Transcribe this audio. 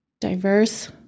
Diverse